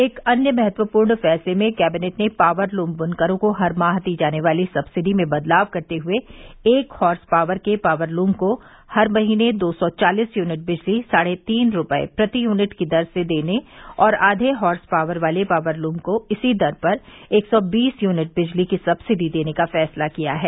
एक अन्य महत्वपूर्ण फैसले में कैबिनेट ने पॉवरलूम बुनकरों को हर माह दी जाने वाली सब्सिडी में बदलाव करते हुए एक हार्सपॉवर के पावरलूम को हर महीने दो सौ चालीस यूनिट बिजली साढ़े तीन रूपये प्रति यूनिट की दर से देने और आवे हार्स पॉवर वाले पावरलूम को इसी दर पर एक से बीस यूनिट बिजली की सक्सिडी देने का फैसला किया है